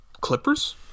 Clippers